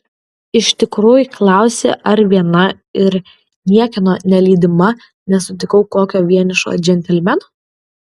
iš tikrųjų klausi ar viena ir niekieno nelydima nesutikau kokio vienišo džentelmeno